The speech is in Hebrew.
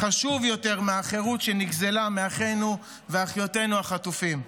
חשוב יותר מהחירות שנגזלה מאחינו ומאחיותינו החטופים.